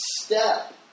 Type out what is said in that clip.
step